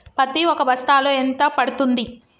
పత్తి ఒక బస్తాలో ఎంత పడ్తుంది?